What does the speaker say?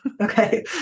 Okay